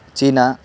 China